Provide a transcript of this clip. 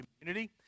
community